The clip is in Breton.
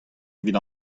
evit